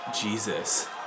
Jesus